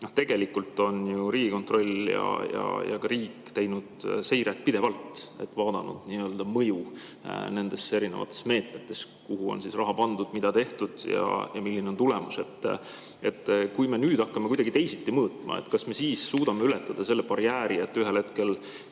Tegelikult on ju Riigikontroll ja ka riik teinud seiret pidevalt, vaadanud nende erinevate meetmete mõju, kuhu on raha pandud: mida on tehtud ja milline on tulemus. Kui me nüüd hakkame kuidagi teisiti mõõtma, kas me siis suudame ületada selle barjääri, et ühel hetkel